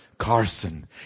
Carson